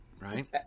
Right